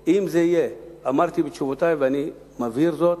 אמרתי בתשובותי, ואני מבהיר זאת,